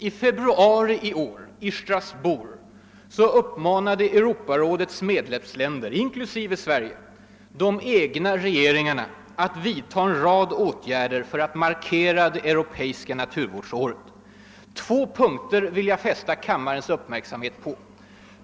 I februari detta år i Strasbourg uppmanade Europarådets medlemsländer — inklusive Sverige — de egna regeringarna att vidta en rad åtgärder för att markera Europeiska naturvårdsåret. Två punkter i denna framställning vill jag fästa kammarens uppmärksamhet på.